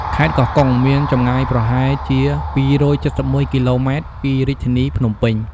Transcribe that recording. ខេត្តកោះកុង មានចម្ងាយប្រហែលជា២៧១គីឡូម៉ែត្រពីរាជធានីភ្នំពេញ។